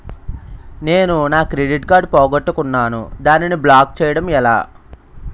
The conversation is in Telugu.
నేను నా క్రెడిట్ కార్డ్ పోగొట్టుకున్నాను దానిని బ్లాక్ చేయడం ఎలా?